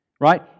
right